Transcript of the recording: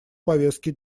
повестки